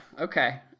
okay